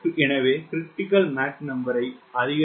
எனவே 𝑀CR increase அதிகரிக்கும்